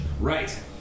Right